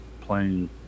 Playing